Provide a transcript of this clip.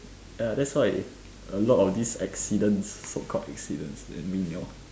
ya that's why a lot of this accidents so called accidents